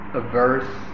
averse